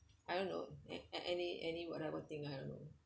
I don't know an any any whatever thing I don't know